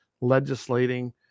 legislating